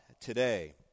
today